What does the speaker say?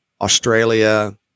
australia